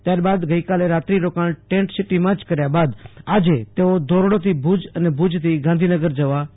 ત્યાર બાદ ગઈકાલે રાત્રી રોકાણ તેંત સિટીમાં જ કર્યા બાદ આજે તેઓ ધોરડોથી ભુજ અને ભુજથી ગાંધીનગર જવા રવાના થશે